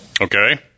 Okay